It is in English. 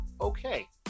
okay